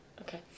Okay